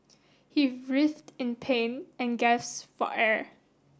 he writhed in pain and gasped for air